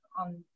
on